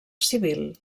civil